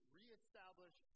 reestablish